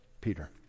Peter